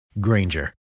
Granger